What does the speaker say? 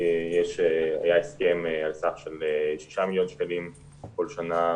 היה הסכם על סך של 6 מיליון שקלים כל שנה,